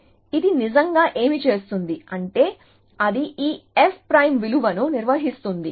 కాబట్టి ఇది నిజంగా ఏమి చేస్తుంది అంటే అది ఈ f' విలువను నిర్వహిస్తుంది